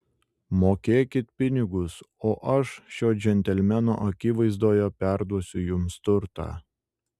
mokėkit pinigus o aš šio džentelmeno akivaizdoje perduosiu jums turtą